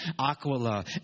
Aquila